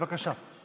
בבקשה.